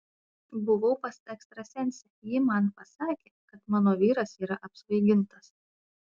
buvau pas ekstrasensę ji man pasakė kad mano vyras yra apsvaigintas